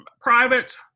private